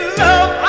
love